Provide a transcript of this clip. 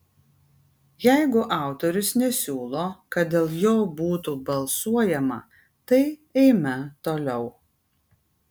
jeigu autorius nesiūlo kad dėl jo būtų balsuojama tai eime toliau